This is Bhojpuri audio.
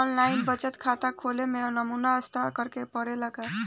आन लाइन बचत खाता खोले में नमूना हस्ताक्षर करेके पड़ेला का?